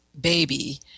baby